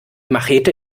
machete